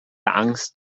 angst